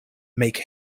make